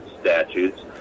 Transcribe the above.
statutes